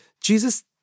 Jesus